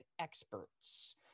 experts